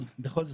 בכל זאת,